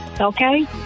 Okay